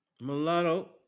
mulatto